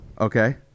Okay